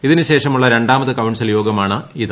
ഇതിനുശേഷമുള്ള ര ാമത് കൌൺസിൽ യോഗമാണ് ഇത്